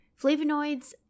Flavonoids